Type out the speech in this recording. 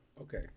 Okay